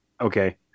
okay